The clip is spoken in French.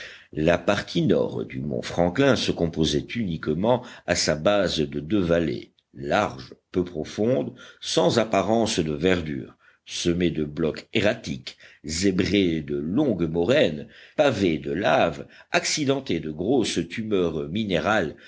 la partie nord du mont franklin se composait uniquement à sa base de deux vallées larges peu profondes sans apparence de verdure semées de blocs erratiques zébrées de longues moraines pavées de laves accidentées de grosses tumeurs minérales